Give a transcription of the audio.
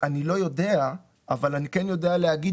אני לא יודע אבל אני כן יודע להגיד